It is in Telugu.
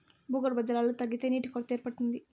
భూగర్భ జలాలు తగ్గితే నీటి కొరత ఏర్పడుతుంది